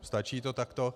Stačí to takto?